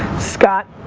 scott,